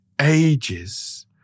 ages